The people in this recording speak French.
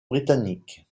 britanniques